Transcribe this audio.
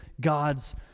God's